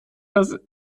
dass